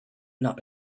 not